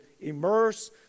immerse